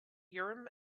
urim